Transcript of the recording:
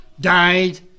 died